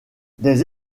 les